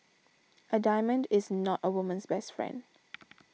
a diamond is not a woman's best friend